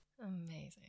amazing